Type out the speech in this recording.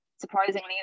surprisingly